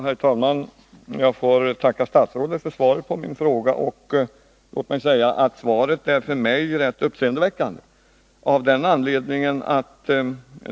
Herr talman! Jag får tacka statsrådet för svaret på min fråga. Låt mig säga att jag tycker att svaret är uppseendeväckande.